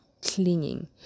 clinging